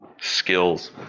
Skills